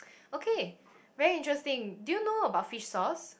ok very interesting do you know about fish sauce